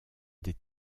des